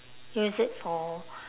use it for